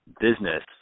business